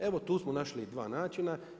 Evo tu smo našli i dva načina.